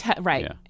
right